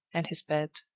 and his bed.